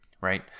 right